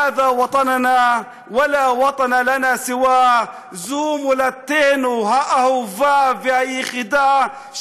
(אומר בערבית ומתרגם:) זוהי מולדתנו האהובה והיחידה,